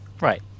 Right